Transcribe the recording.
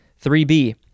3B